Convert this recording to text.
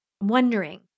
wondering